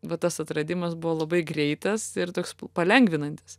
va tas atradimas buvo labai greitas ir toks palengvinantis